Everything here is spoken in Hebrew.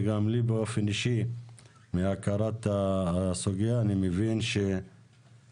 וגם לי באופן אישי מהכרת הסוגיה אני מבין שצריך